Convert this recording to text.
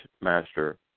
master